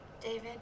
David